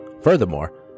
Furthermore